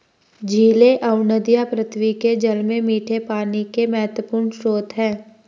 झीलें और नदियाँ पृथ्वी के जल में मीठे पानी के महत्वपूर्ण स्रोत हैं